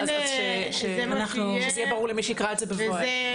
אז שיהיה ברור למי שיקרא את זה בבוא העת.